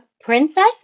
Princess